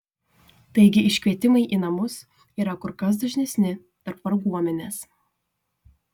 taigi iškvietimai į namus yra kur kas dažnesni tarp varguomenės